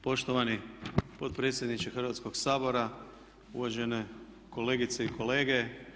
Poštovani potpredsjedniče Hrvatskoga sabora, uvažene kolegice i kolege.